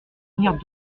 tenir